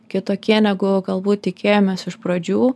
kitokie negu galbūt tikėjomės iš pradžių